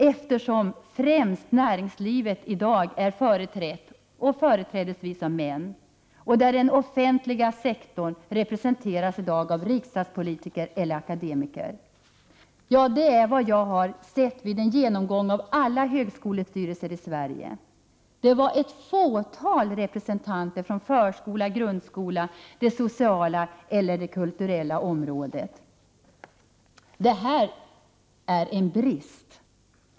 I dag är främst näringslivet företrätt i styrelserna, och då företrädesvis av män. I styrelserna representeras den offentliga sektorn i dag främst av riksdagspolitiker eller akademiker. Det är vad jag har sett vid en genomgång av alla högskolestyrelser i Sverige. Det fanns endast ett fåtal representanter för förskola, grundskola, det sociala eller det kulturella området. Detta är en brist.